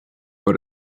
but